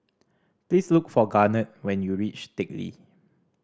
please look for Garnet when you reach Teck Lee